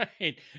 right